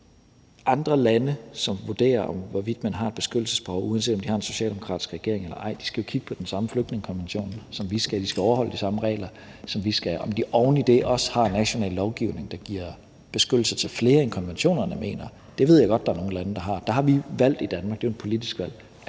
Andre lande, som vurderer, hvorvidt man har et beskyttelsesbehov, uanset om de har en socialdemokratisk regering eller ej, skal jo kigge på den samme flygtningekonvention, som vi skal, og de skal overholde de samme regler, som vi skal. Om de oven i det også har national lovgivning, der giver beskyttelse til flere, end konventionerne mener skal have beskyttelse, ved jeg godt, at nogle lande har. Der har vi valgt i Danmark – det er jo et politisk valg